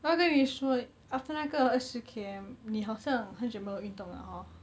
我要跟你说 after 那个二十 K_M 你好像很久没有运动了 hor